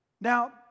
Now